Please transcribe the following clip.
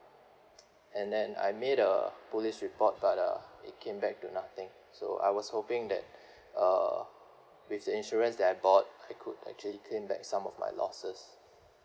and then I made a police report but uh it came back to nothing so I was hoping that uh with the insurance that I bought I could actually claim back some of my losses